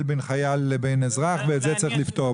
בין חייל לבין אזרח ואת זה צריך לפתור.